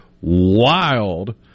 wild